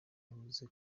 yavuze